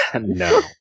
No